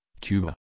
Cuba